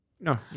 No